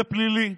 זה פלילי,